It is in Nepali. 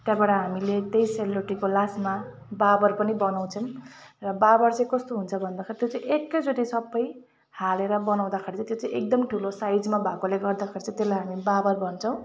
त्यहाँबाट हामीले त्यही सेलरोटीको लास्टमा बाबर पनि बनाउँछौँ र बाबर चाहिँ कस्तो हुन्छ भन्दाखेरि त्यो चाहिँ एकैचोटि सबै हालेर बनाउँदाखेरि चाहिँ त्यो चाहिँ एकदम ठुलो साइजमा भएकोले गर्दाखेरि चाहिँ त्यसलाई हामी बाबर भन्छौँ